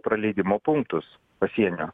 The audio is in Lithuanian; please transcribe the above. praleidimo punktus pasienio